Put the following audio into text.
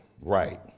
Right